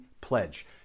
pledge